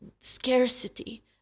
scarcity